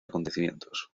acontecimientos